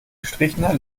gestrichener